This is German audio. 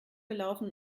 gelaufen